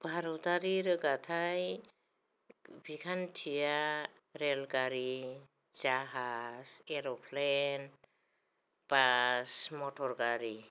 भारतारि रोगाथाइ बिखान्थिया रेलगारि जाहाज एर'प्लेन बास मथरगारि